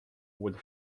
would